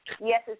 yes